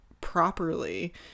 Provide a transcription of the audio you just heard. properly